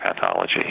pathology